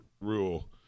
rule